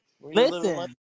Listen